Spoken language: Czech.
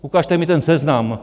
Ukažte mi ten seznam.